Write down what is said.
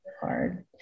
hard